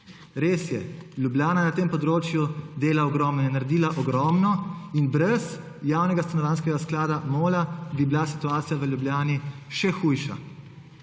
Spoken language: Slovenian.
Res je, Ljubljana je na tem področju naredila ogromno in brez javnega stanovanjskega sklada MOL bi bila situacija v Ljubljani še hujša.